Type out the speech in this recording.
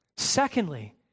Secondly